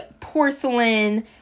porcelain